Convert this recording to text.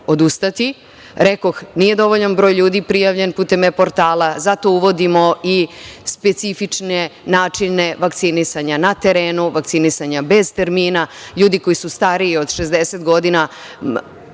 odustati. Rekoh, nije dovoljan broj ljudi prijavljen putem e-portala. Zato uvodimo i specifične načine vakcinisanja na terenu, vakcinisanja bez termina. Ljudi koji su stariji od 60 godina